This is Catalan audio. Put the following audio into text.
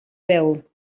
veu